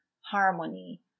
harmony